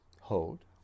Hold